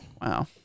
Wow